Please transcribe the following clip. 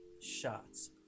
shots